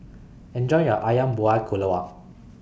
Enjoy your Ayam Buah Keluak